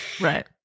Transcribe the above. Right